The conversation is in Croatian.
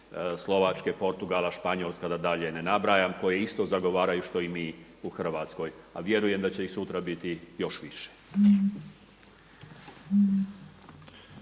Slovačke, Portugala, Španjolske da dalje ne nabrajam koje isto zagovaraju što i mi u Hrvatskoj. A vjerujem da će i sutra biti još više.